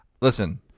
Listen